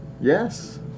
yes